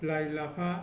लाइ लाफा